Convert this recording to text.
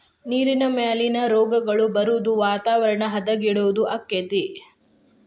ನೇರಿನ ಮಾಲಿನ್ಯಾ, ರೋಗಗಳ ಬರುದು ವಾತಾವರಣ ಹದಗೆಡುದು ಅಕ್ಕತಿ